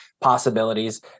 possibilities